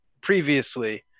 previously